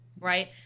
right